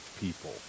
people